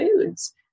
foods